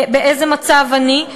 באיזה מצב אני,